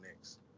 next